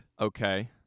Okay